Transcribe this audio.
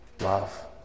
love